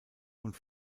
und